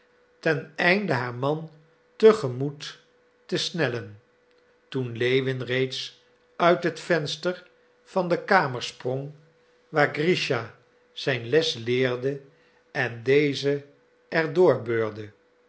ten einde haar man te gemoet te snellen toen lewin reeds uit het venster van de kamer sprong waar grischa zijn les leerde en dezen er door beurde